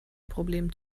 problem